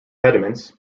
pediments